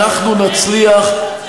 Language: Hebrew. אנחנו זוכרים את זה.